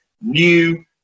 new